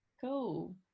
cool